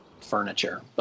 furniture